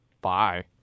Bye